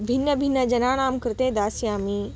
भिन्नभिन्नजनानां कृते दास्यामि